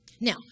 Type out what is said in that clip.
Now